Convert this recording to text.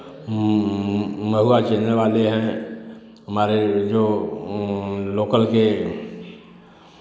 महुआ झेलने वाले हैं हमारे जो लोकल के